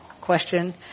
question